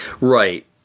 Right